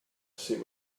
see